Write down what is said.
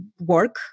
work